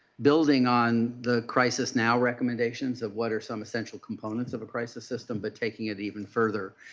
building on the crisis now recommendations of what are some essential components of a crisis system, but taking it even further.